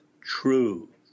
true